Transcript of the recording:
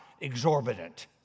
exorbitant